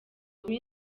kuri